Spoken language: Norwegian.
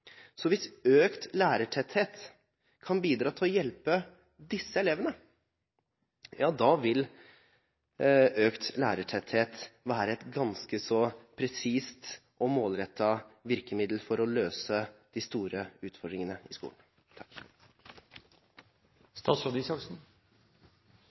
Så hvis økt lærertetthet kan bidra til å hjelpe disse elevene, ja, da vil økt lærertetthet være et ganske så presist og målrettet virkemiddel for å løse de store utfordringene i skolen.